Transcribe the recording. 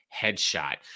headshot